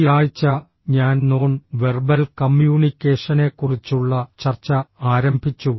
ഈ ആഴ്ച ഞാൻ നോൺ വെർബൽ കമ്മ്യൂണിക്കേഷനെക്കുറിച്ചുള്ള ചർച്ച ആരംഭിച്ചു